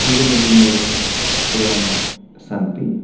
civil engineering एवं सन्ति